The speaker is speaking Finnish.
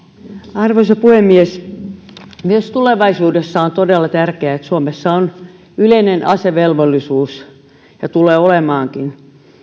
arvoisa puhemies myös tulevaisuudessa on todella tärkeää että suomessa on yleinen asevelvollisuus ja tulee olemaankin